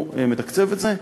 הוא מתקצב את זה.